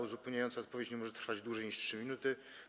Uzupełniająca odpowiedź nie może trwać dłużej niż 3 minuty.